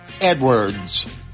Edwards